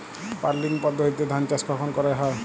Puddling পদ্ধতিতে ধান চাষ কখন করা হয়?